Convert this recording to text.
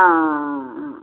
आं आं आं आं